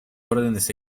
órdenes